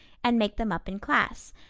and make them up in class,